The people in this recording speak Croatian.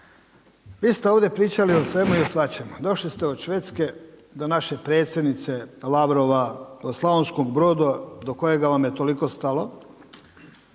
Vi ste ovdje pričali o svemu i svačemu, došli ste od Švedske do naše predsjednice, Lavrova, Slavonskog Broda do kojega vam je toliko stalo,